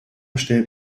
stellt